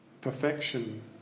perfection